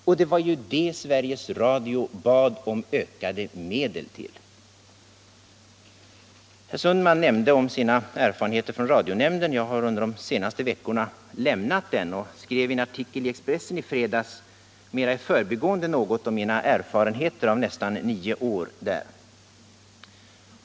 Och det var det Sveriges Radio bad om ökade medel för. Herr Sundman berättade om sina erfarenheter från radionämnden. För några veckor sedan lämnade jag den och skrev i en artikel i Expressen i fredags mer i förbigående något om mina erfarenheter av nästan nio år i nämnden.